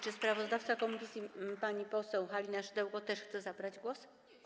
Czy sprawozdawca komisji pani poseł Halina Szydełko też chce zabrać głos?